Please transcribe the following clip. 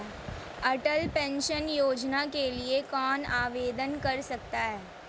अटल pension योजना के लिए कौन आवेदन कर सकता है?